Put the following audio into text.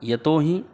यतो हि